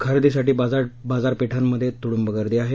खरेदीसाठी बाजारपेठांमधे तुडुंब गर्दी आहे